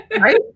right